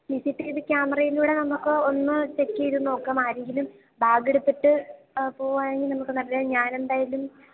C C T V ക്യാമറയിലൂടെ നമുക്ക് ഒന്ന് ചെക്ക് ചെയ്ത് നോക്കാം ആരെങ്കിലും ബാഗ് എടുത്തിട്ട് പോയോന്ന് നമുക്ക് അറിയാം ഞാനെന്തായാലും